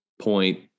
point